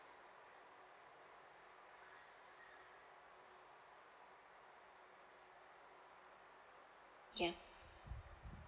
ya